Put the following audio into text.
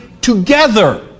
together